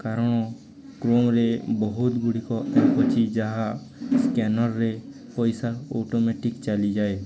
କାରଣ କ୍ରୋମ୍ରେ ବହୁତ ଗୁଡ଼ିକ ହେଉଛି ଯାହା ସ୍କାନରରେ ପଇସା ଅଟୋମେଟିକ୍ ଚାଲିଯାଏ